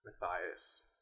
Matthias